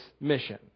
mission